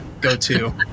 go-to